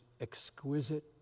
exquisite